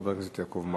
חבר הכנסת יעקב מרגי.